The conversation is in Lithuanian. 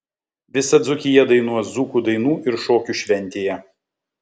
visa dzūkija dainuos dzūkų dainų ir šokių šventėje